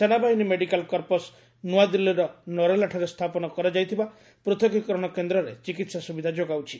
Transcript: ସେନାବାହିନୀ medical corps ନୁଆଦିଲ୍ଲୀର ନରେଲାଠାରେ ସ୍ଥାପନ କରାଯାଇଥିବା ପୂଥକୀକରଣ କେନ୍ଦ୍ରେ ଚିକିତ୍ସା ସ୍ତବିଧା ଯୋଗାଉଛି